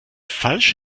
falsch